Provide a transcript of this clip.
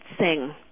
sing